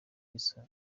yesu